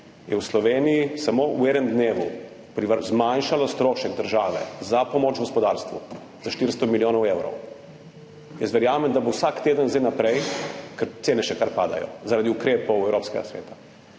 je v Sloveniji samo v enem dnevu zmanjšalo strošek države za pomoč gospodarstvu za 400 milijonov evrov. Jaz verjamem, da bo vsak teden od zdaj naprej, ker cene še kar padajo, zaradi ukrepov Evropskega sveta,